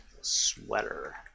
sweater